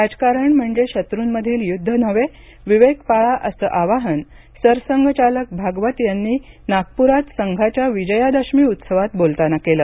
राजकारण म्हणजे शत्रूमधील युद्ध नव्हे विवेक पाळा असं आवाहन सरसंघचालक भागवत यांनी नागपूरात संघाच्या विजयादशमी उत्सवात बोलताना केलं